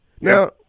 Now